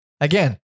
again